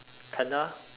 panda